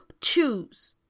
choose